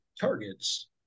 targets